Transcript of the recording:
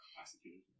Executed